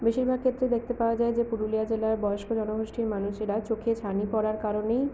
বেশিরভাগ ক্ষেত্রেই দেখতে পাওয়া যায় যে পুরুলিয়া জেলার বয়স্ক জনগোষ্ঠীর মানুষেরা চোখে ছানি পড়ার কারণেই